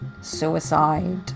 suicide